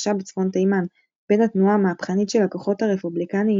שהתרחשה בצפון תימן בין התנועה המהפכנית של "הכוחות הרפובליקניים",